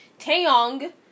Taeyong